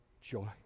joy